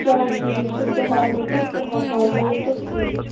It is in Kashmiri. چلو ٹھیٖک چھُ دُہٲٹھ نہٕ کہِ ترٕٛہ ہٲٹھ ساس دِیِو تہٕ نِیِو